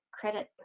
credit